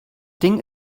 ding